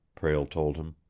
prale told him.